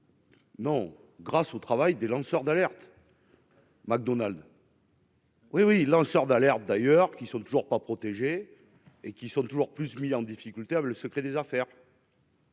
Non, grâce au travail des lanceurs d'alerte. Mac Donald. Oui, oui, lanceurs d'alerte, d'ailleurs, qui sont toujours pas protégées et qui sont toujours plus mis en difficulté, a le secret des affaires.